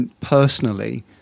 personally